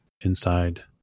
inside